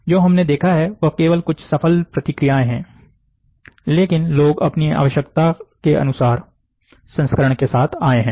जो हमने देखा है वह केवल कुछ सफल प्रक्रियाएं हैं लेकिन लोग अपनी आवश्यकताओं के आधार पर संस्करण के साथ आए हैं